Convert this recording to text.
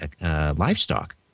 livestock